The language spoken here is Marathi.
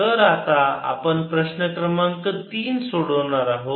तर आता आपण प्रश्न क्रमांक तीन सोडणार आहोत